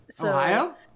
ohio